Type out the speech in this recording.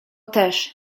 też